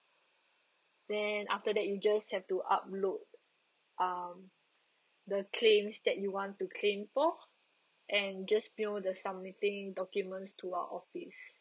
then after that you just have to upload um the claims that you want to claim for and just mail the submitting document to our office